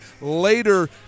later